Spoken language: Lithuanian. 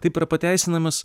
taip yra pateisinamas